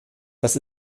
das